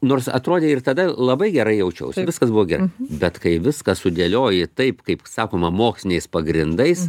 nors atrodė ir tada labai gerai jaučiausi viskas buvo gerai bet kai viską sudėlioji taip kaip sakoma moksliniais pagrindais